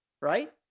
right